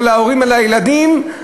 או להורים על הילדים,